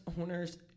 owners